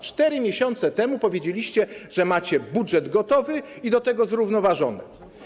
4 miesiące temu powiedzieliście, że macie budżet gotowy, i do tego zrównoważony.